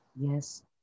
Yes